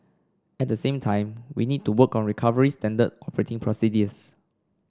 at the same time we need to work on recovery standard operating procedures